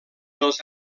dels